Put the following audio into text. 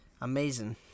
Amazing